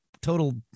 total